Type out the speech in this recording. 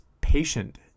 patient